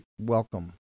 welcome